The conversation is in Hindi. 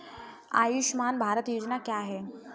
आयुष्मान भारत योजना क्या है?